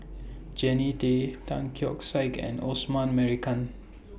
Jannie Tay Tan Keong Saik and Osman Merican